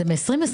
זה מ-2021.